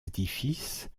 édifices